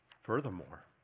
Furthermore